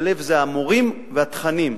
הלב זה המורים והתכנים.